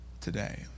today